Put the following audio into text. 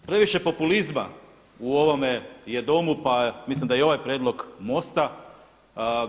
Previše populizma u ovome je Domu, pa mislim da i ovaj prijedlog MOST-a.